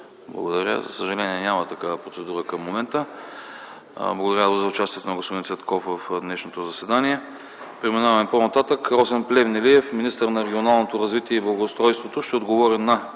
Благодаря. За съжаление няма такава процедура към момента. Благодаря за участието на господин Цветанов в днешното заседание. Преминаваме по-нататък. Росен Плевнелиев – министър на регионалното развитие и благоустройството ще отговори на